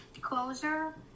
closure